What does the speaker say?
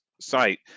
site